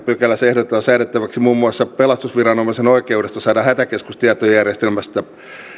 pykälässä ehdotetaan säädettäväksi muun muassa pelastusviranomaisen oikeudesta saada hätäkeskustietojärjestelmästä